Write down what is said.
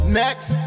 next